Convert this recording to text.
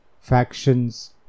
factions